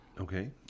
Okay